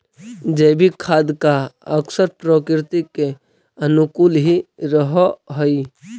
जैविक खाद का असर प्रकृति के अनुकूल ही रहअ हई